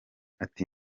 ati